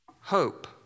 hope